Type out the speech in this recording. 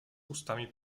ustami